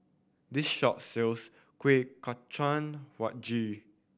this shop sells kuih kacang